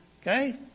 Okay